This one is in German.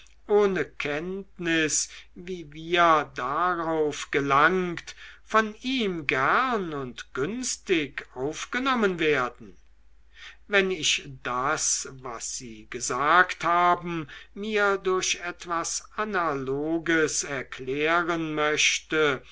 ohne kenntnis wie wir darauf gelangt von ihm gern und günstig aufgenommen werden wenn ich das was sie gesagt haben mir durch etwas analoges erklären möchte